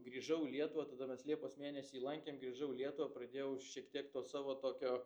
grįžau į lietuvą tada mes liepos mėnesį lankėm grįžau į lietuvą pradėjau šiek tiek to savo tokio